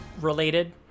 related